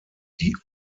die